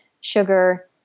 sugar